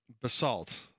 basalt